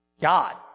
God